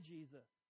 Jesus